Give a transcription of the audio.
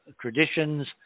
traditions